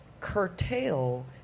curtail